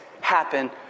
happen